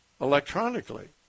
electronically